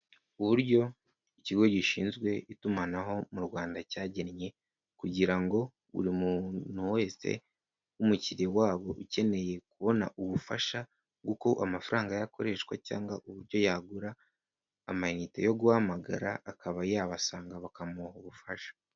Uburyo ikigo gishinzwe itumanaho mu Rwanda cyagennye kugira ngo buri muntu wese w'umukiriya wabo ukeneye kubona ubufasha bw'uko amafaranga ye akoreshwa cyangwa uburyo yagura amayinite yo guhamagara, akaba yabasanga bakamuha ubufasha.